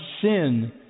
sin